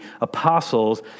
apostles